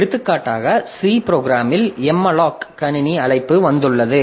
எடுத்துக்காட்டாக C ப்ரோக்ராமில் malloc கணினி அழைப்பு வந்துள்ளது